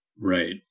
Right